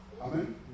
Amen